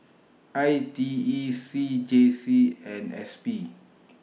I T E C J C and S P